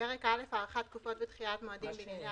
פרק א': הארכת תקופות ודחיית מועדים בענייני